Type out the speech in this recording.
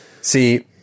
See